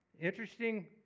Interesting